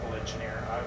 engineer